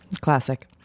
Classic